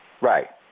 Right